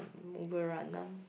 Tungku-Anum